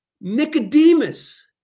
Nicodemus